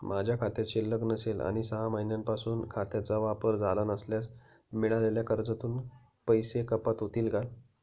माझ्या खात्यात शिल्लक नसेल आणि सहा महिन्यांपासून खात्याचा वापर झाला नसल्यास मिळालेल्या कर्जातून पैसे कपात होतील का?